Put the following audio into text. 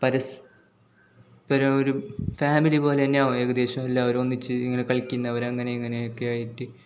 പരസ്പരം ഒരു ഫാമിലി പോലെ തന്നെയാവും ഏകദേശം എല്ലാവരും ഒന്നിച്ച് ഇങ്ങനെ കളിക്കുന്നവർ അങ്ങനെ ഇങ്ങനെയൊക്കെ ആയിട്ട്